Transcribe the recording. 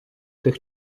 тих